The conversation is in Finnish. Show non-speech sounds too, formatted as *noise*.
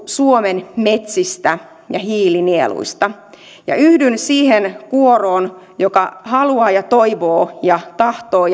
suomen metsistä ja hiilinieluista ja yhdyn siihen kuoroon joka haluaa ja toivoo ja tahtoo *unintelligible*